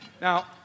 Now